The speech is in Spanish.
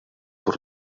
por